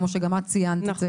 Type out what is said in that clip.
כמו שגם את ציינת את זה.